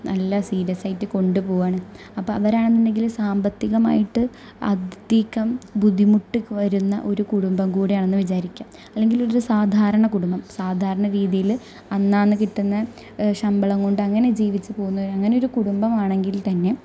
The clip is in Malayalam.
നല്ല സീരിയസ്സായിട്ട് കൊണ്ടു പോകുകയാണ് അപ്പോൾ അവരാണെന്നുണ്ടെങ്കിൽ സാമ്പത്തികമായിട്ട് അധികം ബുദ്ധിമുട്ടി വരുന്ന ഒരു കുടുംബം കൂടെയാണെന്നു വിചാരിക്കുക അല്ലെങ്കില് ഒരു സാധാരണ കുടുംബം സാധാരണ രീതിയിൽ അന്നന്നു കിട്ടുന്ന ശമ്പളം കൊണ്ട് അങ്ങനെ ജീവിച്ചുപോകുന്ന അങ്ങനെയൊരു കുടുംബമാണെങ്കില്ത്തന്നെ